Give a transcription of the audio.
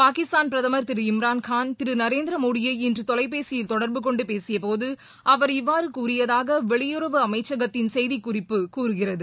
பாகிஸ்தான் பிரதமர் திரு இம்ரான் கான் திருநரேந்திரமோடியை இன்றதொலைபேசியில் தொடர்பு கொண்டுபேசியபோதுஅவர் இவ்வாறுகூறியதாகவெளியுறவு அமைச்சகத்தின் செய்திக் குறிப்பு கூறுகிறது